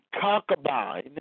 concubine